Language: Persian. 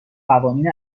قوانین